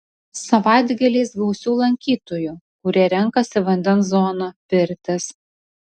savaitgaliais gausiau lankytojų kurie renkasi vandens zoną pirtis